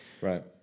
Right